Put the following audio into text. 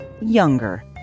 younger